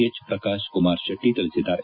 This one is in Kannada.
ಹೆಚ್ ಪ್ರಕಾಶ್ ಕುಮಾರ್ ಶೆಟ್ಟ ತಿಳಿಸಿದ್ದಾರೆ